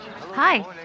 Hi